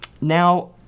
Now